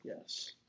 Yes